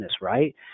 right